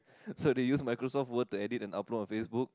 so they use Microsoft word to edit and upload on Facebook